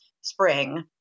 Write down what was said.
spring